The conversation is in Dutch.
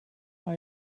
hij